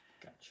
Gotcha